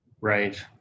right